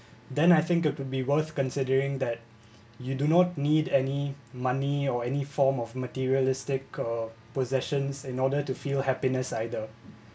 so then I think have to be worth considering that you do not need any money or any form of materialistic or possessions in order to feel happiness either